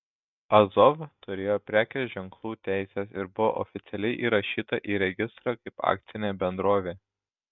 azov turėjo prekės ženklų teises ir buvo oficialiai įrašyta į registrą kaip akcinė bendrovė